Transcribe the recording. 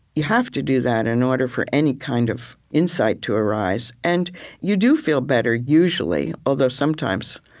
you have to do that in order for any kind of insight to arise. and you do feel better, usually. although sometimes,